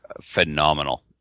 phenomenal